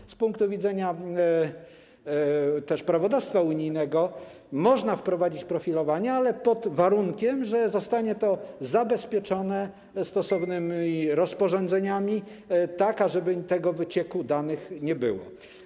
Też z punktu widzenia prawodawstwa unijnego można wprowadzić profilowanie, ale pod warunkiem, że zostanie to zabezpieczone stosownymi rozporządzeniami, tak ażeby tego wycieku danych nie było.